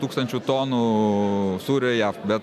tūkstančių tonų sūrio į jav bet